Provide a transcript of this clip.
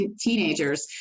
teenagers